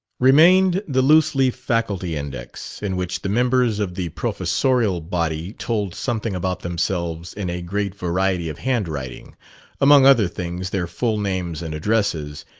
remained the loose-leaf faculty-index, in which the members of the professorial body told something about themselves in a great variety of handwriting among other things, their full names and addresses,